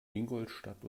ingolstadt